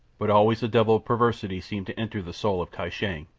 but always the devil of perversity seemed to enter the soul of kai shang,